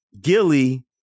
Gilly